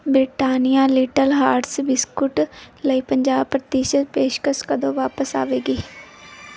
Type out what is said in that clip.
Britannia little hearts biscuit ਲਈ ਪੰਜਾਹ ਪ੍ਰਤੀਸ਼ਤ ਪੇਸ਼ਕਸ਼ ਕਦੋਂ ਵਾਪਿਸ ਆਵੇਗੀ